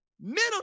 middle